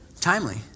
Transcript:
Timely